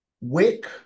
wick